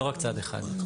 לא רק צד אחד.